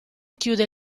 chiude